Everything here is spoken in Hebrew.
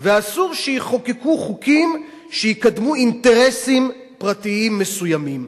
ואסור שיחוקקו חוקים שיקדמו אינטרסים פרטיים מסוימים.